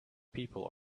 people